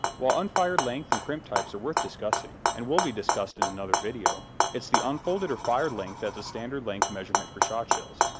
while unfired length and crimp types are worth discussing and will be discussed in another video it's the unfolded or fired length that's the standard length measurement for shotshells.